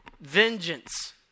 vengeance